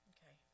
Okay